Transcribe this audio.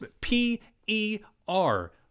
P-E-R